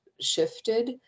shifted